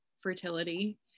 fertility